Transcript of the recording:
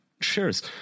Shares